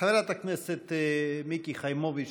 חברת הכנסת מיקי חיימוביץ',